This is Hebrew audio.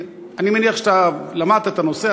אני מניח שאתה למדת את הנושא,